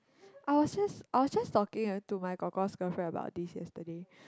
I was just I was just talking to my korkor's girlfriend about this yesterday